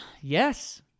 Yes